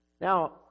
Now